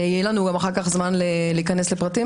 יהיה לנו גם זמן אחר כך להיכנס לפרטים,